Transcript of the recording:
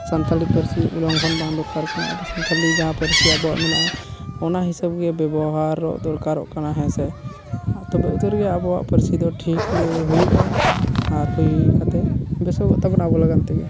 ᱥᱟᱱᱛᱟᱲᱤ ᱯᱟᱹᱨᱥᱤ ᱠᱷᱚᱱ ᱵᱟᱝ ᱫᱚᱨᱠᱟᱨ ᱠᱟᱱᱟ ᱟᱵᱚ ᱥᱟᱱᱛᱟᱲᱤ ᱡᱟᱦᱟᱸ ᱯᱟᱹᱨᱥᱤ ᱟᱵᱚᱣᱟᱜ ᱢᱮᱱᱟᱜᱼᱟ ᱚᱱᱟ ᱦᱤᱥᱟᱹᱵ ᱜᱮ ᱵᱮᱵᱚᱦᱟᱨ ᱫᱚᱨᱠᱟᱜᱚ ᱠᱟᱱᱟ ᱦᱮᱸ ᱥᱮ ᱛᱚᱵᱮ ᱡᱳᱨ ᱜᱮ ᱟᱵᱚᱣᱟᱜ ᱯᱟᱹᱨᱥᱤ ᱠᱚᱫᱚ ᱴᱷᱤᱠ ᱦᱩᱭᱩᱜᱼᱟ ᱟᱨ ᱦᱩᱭ ᱠᱟᱛᱮ ᱵᱮᱥᱚᱜᱚ ᱛᱟᱵᱚᱱᱟ ᱟᱵᱚ ᱞᱟᱜᱟᱜ ᱛᱮᱜᱮ